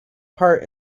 part